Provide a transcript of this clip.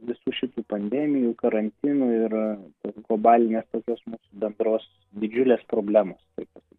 visų šitų pandemijų karantinų ir globalinės tokios bendros didžiulės problemos taip pasakysiu